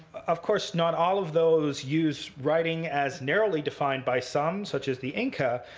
of course, not all of those use writing as narrowly defined by some, such as the inca.